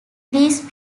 these